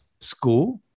school